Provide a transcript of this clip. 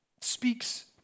speaks